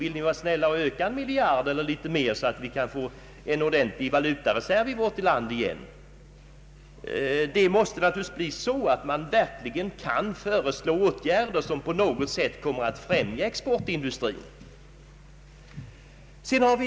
Vill ni vara snälla och öka den med så där en miljard kronor, så att vi kan få en ordentlig valutareserv i vårt land igen! Regeringen måste i stället föreslå åtgärder som verkligen främjar exportindustrin.